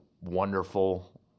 wonderful